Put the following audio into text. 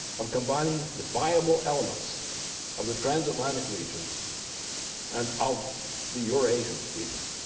of combining the viable elements of the trans-atlantic region and of the eurasian region,